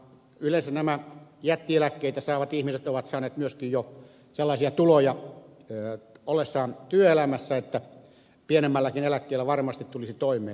yleensä nämä jättieläkkeitä saavat ihmiset ovat saaneet myöskin sellaisia tuloja jo ollessaan työelämässä että pienemmälläkin eläkkeellä varmasti tulisi toimeen